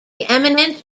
eminent